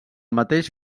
mateix